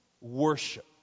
worship